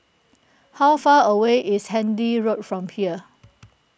how far away is Handy Road from here